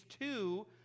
two